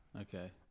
Okay